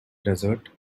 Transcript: desert